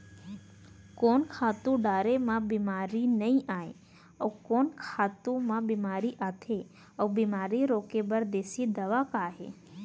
कोन खातू डारे म बेमारी नई आये, अऊ कोन खातू म बेमारी आथे अऊ बेमारी रोके बर देसी दवा का हे?